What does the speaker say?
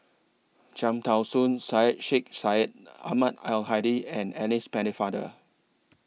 Cham Tao Soon Syed Sheikh Syed Ahmad Al Hadi and Alice Pennefather